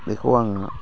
बेखौ आङो